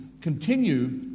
continue